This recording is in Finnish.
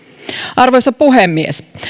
arvoisa puhemies